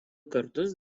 kartus